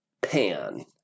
Pan